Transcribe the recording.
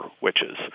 witches